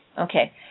Okay